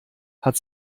hat